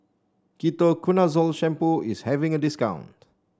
Ketoconazole Shampoo is having a discount